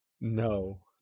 No